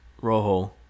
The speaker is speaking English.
Rojo